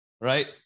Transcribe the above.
right